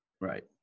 Right